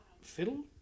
fiddle